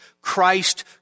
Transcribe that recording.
Christ